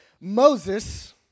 Moses